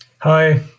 Hi